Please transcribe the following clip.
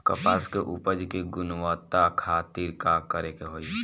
कपास के उपज की गुणवत्ता खातिर का करेके होई?